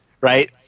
right